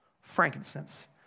frankincense